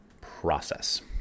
process